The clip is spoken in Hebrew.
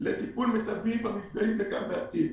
לטיפול במפגעים וגם בעתיד.